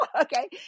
okay